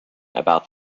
about